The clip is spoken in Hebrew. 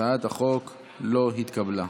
הצעת החוק לא התקבלה.